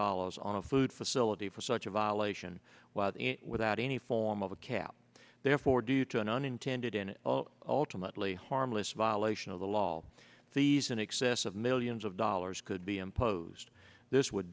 dollars on a food facility for such a violation without any form of a cap therefore due to an unintended and ultimately harmless violation of the law these in excess of millions of dollars could be imposed this would